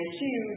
two